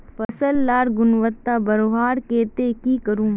फसल लार गुणवत्ता बढ़वार केते की करूम?